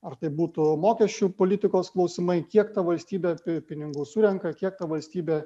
ar tai būtų mokesčių politikos klausimai kiek ta valstybė pi pinigų surenka kiek valstybė